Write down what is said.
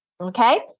Okay